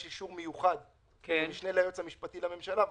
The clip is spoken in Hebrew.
אישור מיוחד מהמשנה ליועץ המשפטי לממשלה,